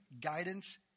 guidance